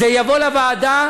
זה יבוא לוועדה,